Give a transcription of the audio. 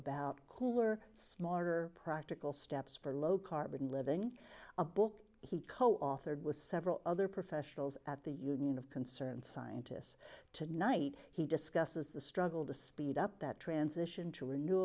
about cooler smarter practical steps for low carbon living a book he coauthored with several other professionals at the union of concerned scientists tonight he discusses the struggle to speed up that transition to renew